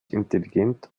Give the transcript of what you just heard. intelligent